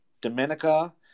Dominica